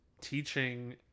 teaching